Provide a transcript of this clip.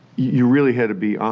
you really had to be on,